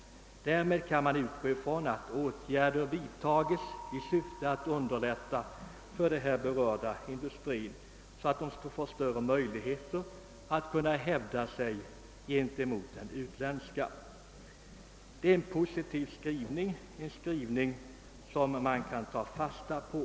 Därmed kan man utgå från att åtgärder kommer att vidtagas i syfte att underlätta för berörda industrier att hävda sig gentemot de utländska. Utskottets skrivning är positiv och någonting att ta fasta på.